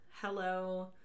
Hello